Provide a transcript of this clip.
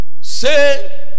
Say